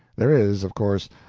there is, of course,